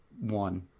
One